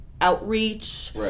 outreach